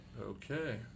Okay